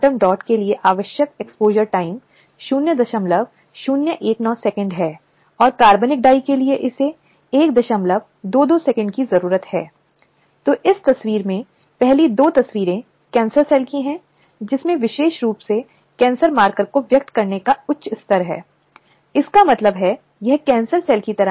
तत्पश्चात् कुछ खण्ड हैं जो विस्तृत रूप से बताते हैं कि ऐसा करना एक अनिच्छुक है और यह इस प्रकार की प्रकृति है 1 शारीरिक संपर्क और आगे बढ़ना 2 यौन एहसानों के लिए एक मांग या अनुरोध 3 यौन रंगीन टिप्पणी करना 4 अश्लील साहित्य दिखाना और 5 वाँ एक व्यापक है यौन प्रकृति का कोई अन्य अवांछित शारीरिक मौखिक या गैर मौखिक आचरण